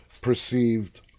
perceived